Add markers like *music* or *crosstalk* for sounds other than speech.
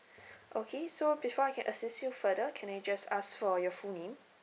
*breath* okay so before I can assist you further can I just ask for your full name